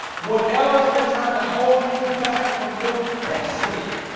what evers been trying to hold you back from your destiny?